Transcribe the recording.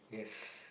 yes